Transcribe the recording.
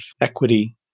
equity